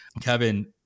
Kevin